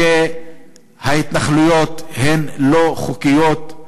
שההתנחלויות הן לא חוקיות,